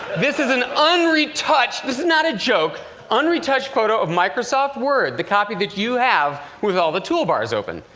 this is an un-retouched this is not a joke un-retouched photo of microsoft word, the copy that you have, with all the toolbars open.